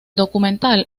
documental